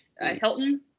Hilton